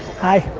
hi,